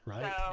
Right